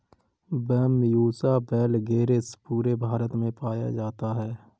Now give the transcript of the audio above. Bambusa वैलगेरिस पूरे भारत में पाया जाता है